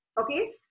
Okay